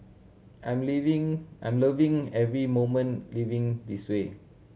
I'm living I'm loving every moment living this way